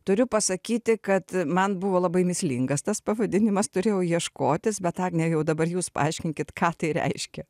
turiu pasakyti kad man buvo labai mįslingas tas pavadinimas turėjau ieškotis bet agne jau dabar jūs paaiškinkit ką tai reiškia